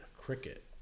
Cricket